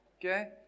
Okay